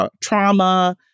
trauma